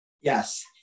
Yes